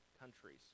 countries